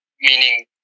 Meaning